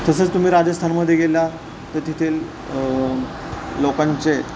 तसंच तुम्ही राजस्थानमध्ये गेला तर तिथेल लोकांचे